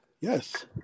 Yes